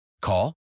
Call